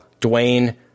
Dwayne